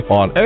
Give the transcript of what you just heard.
on